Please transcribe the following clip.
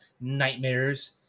nightmares